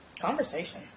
conversation